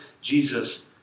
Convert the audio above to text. Jesus